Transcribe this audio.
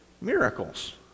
miracles